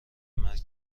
مرگ